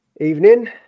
Evening